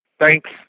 thanks